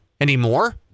anymore